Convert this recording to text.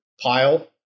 pile